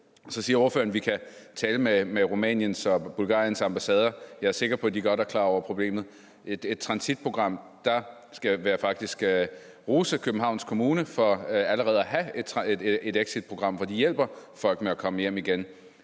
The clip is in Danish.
Så siger ordføreren, at vi kan tale med Rumæniens og Bulgariens ambassade. Jeg er sikker på, at de godt er klar over problemet. Og med hensyn til et transitprogram vil jeg faktisk rose Københavns Kommune for allerede at have et transitprogram, hvor de hjælper folk med at komme hjem igen.